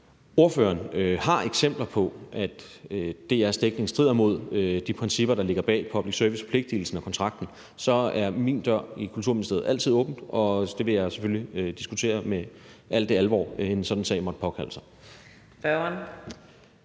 eller spørgeren har eksempler på, at DR's dækning strider mod de principper, der ligger bag public service-forpligtigelsen og -kontrakten, er min dør i Kulturministeriet altid åben, og det vil jeg selvfølgelig diskutere med al den alvor, en sådan sag måtte påkalde sig.